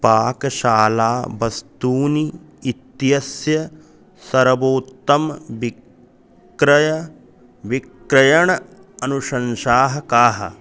पाकशाला वस्तूनि इत्यस्य सर्वोत्तम विक्रयणं विक्रयणानुशंसाः काः